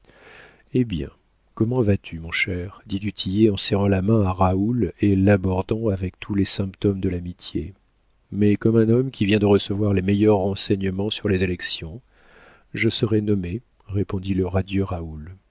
hé bien comment vas-tu mon cher dit du tillet en serrant la main à raoul et l'abordant avec tous les symptômes de l'amitié mais comme un homme qui vient de recevoir les meilleurs renseignements sur les élections je serai nommé répondit le radieux raoul